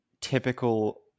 typical